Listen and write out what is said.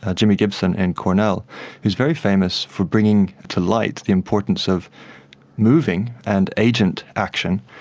ah jimmy gibson in cornell, who's very famous for bringing to light the importance of moving and agent action,